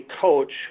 coach